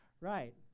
right